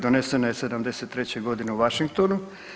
Donesena je '83. godine u Washingtonu.